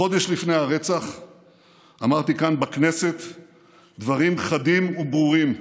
חודש לפני הרצח אמרתי כאן בכנסת דברים חדים וברורים: